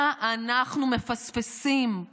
מה אנחנו מפספסים?